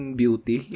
beauty